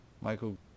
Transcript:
michael